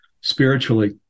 spiritually